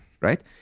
Right